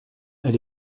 elle